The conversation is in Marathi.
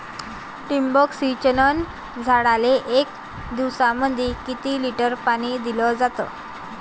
ठिबक सिंचनानं झाडाले एक दिवसामंदी किती लिटर पाणी दिलं जातं?